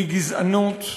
מגזענות.